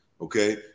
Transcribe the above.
okay